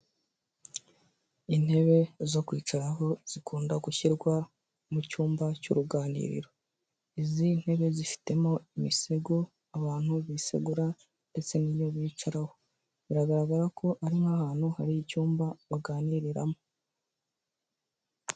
Intebe zo kwicaraho zikunda gushyirwa mu cyumba cy'uruganiriro izi ntebe zifitemo imisego abantu bisegura ndetse n'iyo bicaraho biragaragara ko ari nk'ahantu hari icyumba baganiriramo.